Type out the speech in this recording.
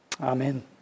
amen